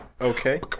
Okay